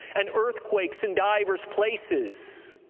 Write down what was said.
and earthquakes, in divers places.